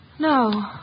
No